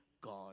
God